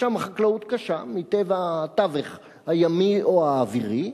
ששם החקלאות קשה, מטבע התווך הימי או האווירי,